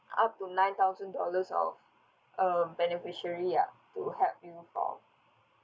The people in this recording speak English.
up to nine thousand dollars of um beneficiary ya to help you for